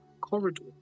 corridor